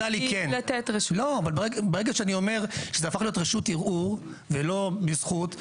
אבל ברגע שאני אומר שזה הפך להיות רשות ערעור ולא בזכות,